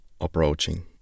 approaching